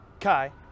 Kai